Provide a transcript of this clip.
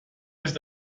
ist